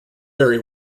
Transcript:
very